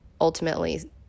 Ultimately